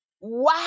wow